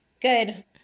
Good